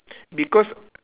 because